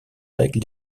règle